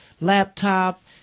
laptop